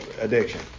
addiction